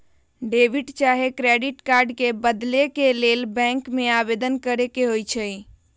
debit चाहे credit card के बदले के लेल बैंक में आवेदन करेके होइ छइ